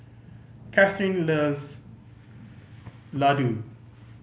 Kathryn loves laddu